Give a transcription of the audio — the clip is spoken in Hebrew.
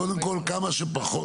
קודם כול, כמה שפחות.